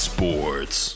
Sports